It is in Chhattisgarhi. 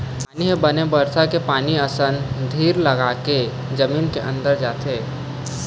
पानी ह बने बरसा के पानी असन धीर लगाके जमीन के अंदर तक जाथे